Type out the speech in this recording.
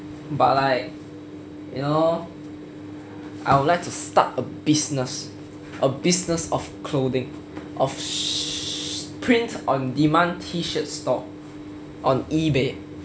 but like you know I would like to start a business a business of clothing of print on demand T shirt store on ebay